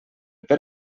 per